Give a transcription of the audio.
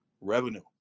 revenue